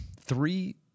three